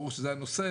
ברור שזה הנושא,